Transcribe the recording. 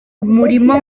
umuriro